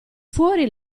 fuori